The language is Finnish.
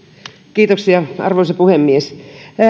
kiitoksia arvoisa puhemies